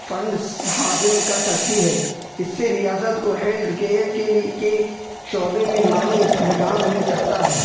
funds حاصل کر سکتی ہے اس سے ریاست کو ہیلتھ کیئر کے لیے کے شعبے میں مالی استحکام مل سکتا ہے